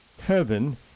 Heaven